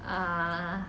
err